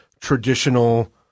traditional